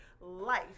life